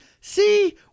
see